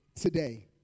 today